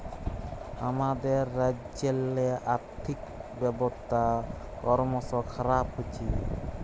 আমাদের রাজ্যেল্লে আথ্থিক ব্যবস্থা করমশ খারাপ হছে